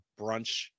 brunch